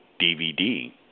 DVD